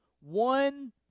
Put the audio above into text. one